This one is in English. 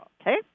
Okay